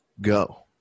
Go